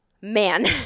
man